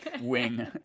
wing